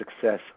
success